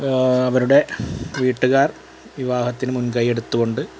അവരുടെ വീട്ടുകാർ വിവാഹത്തിനു മുൻകൈ എടുത്തുകൊണ്ട്